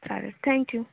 चालेल थँक्यू